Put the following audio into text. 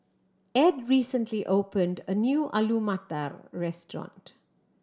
Edd recently opened a new Alu Matar Restaurant